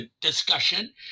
discussion